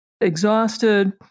exhausted